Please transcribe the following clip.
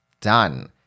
done